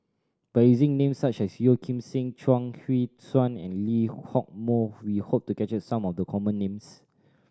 by using name such as Yeo Kim Seng Chuang Hui Tsuan and Lee Hock Moh we hope to capture some of the common names